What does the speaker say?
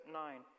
nine